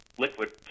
liquid